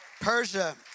Persia